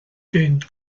gained